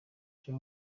cyo